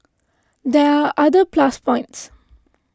there are other plus points